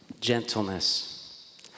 gentleness